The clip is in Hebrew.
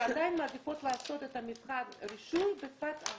ועדיין מעדיפות לעשות את מבחן הרישוי בשפת אם.